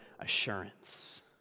Assurance